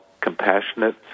compassionate